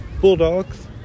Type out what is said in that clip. Bulldogs